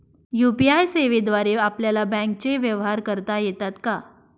UPI सेवेद्वारे आपल्याला बँकचे व्यवहार करता येतात का?